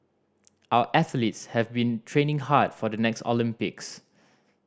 our athletes have been training hard for the next Olympics